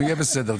יהיה בסדר.